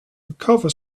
recover